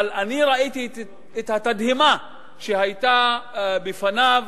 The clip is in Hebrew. אבל אני ראיתי את התדהמה שהיתה בפניו,